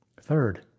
Third